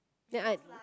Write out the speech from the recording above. ya I